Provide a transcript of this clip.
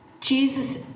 Jesus